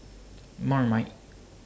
Marmite